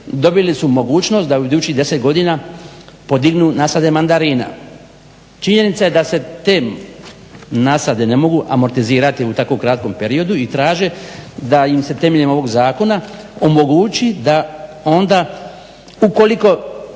dobili su mogućnost da u idućih deset godina podignu nasade mandarina. Činjenica je da se te nasade ne mogu amortizirati u tako kratkom periodu i traže da im se temeljem ovoga zakona omogući da onda ukoliko